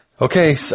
Okay